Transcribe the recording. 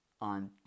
on